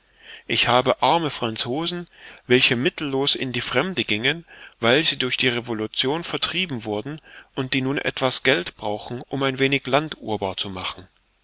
ich habe arme franzosen welche mittellos in die fremde gingen weil sie durch die revolution vertrieben wurden und die nun etwas geld brauchen um ein wenig land urbar zu machen